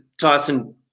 tyson